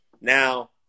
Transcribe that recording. Now